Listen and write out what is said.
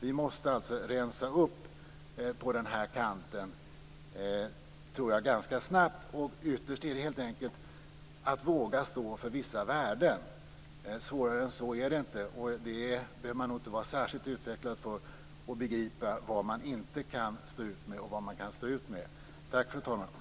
Vi måste rensa upp på den här kanten ganska snabbt. Ytterst gäller det helt enkelt att våga stå för vissa värden. Svårare än så är det inte. Man behöver nog inte vara särskilt utvecklad för att begripa vad man inte kan stå ut med och vad man kan stå ut med. Tack, fru talman!